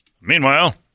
Meanwhile